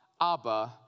Abba